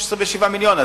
27 מיליון,